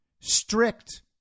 strict